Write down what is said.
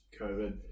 COVID